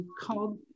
called